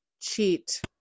cheat